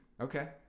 Okay